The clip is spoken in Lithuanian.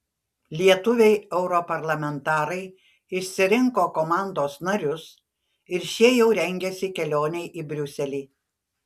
lietuviai europarlamentarai išsirinko komandos narius ir šie jau rengiasi kelionei į briuselį